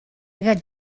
got